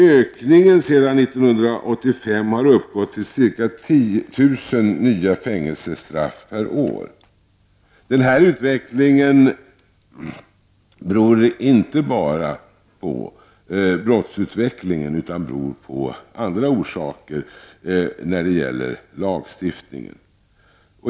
Ökningen sedan 1985 har uppgått till ca 10 000 nya fängelsestraff per år. Denna utveckling beror inte bara på brottsutvecklingen i sig utan har även andra orsaker när det gäller lagstiftningen.